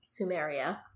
Sumeria